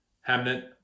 Hamnet